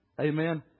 Amen